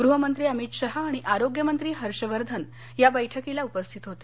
गहमंत्री अमित शहा आणि आरोग्यमंत्री हर्षवर्धन या बैठकीला उपस्थित होते